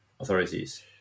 authorities